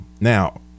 Now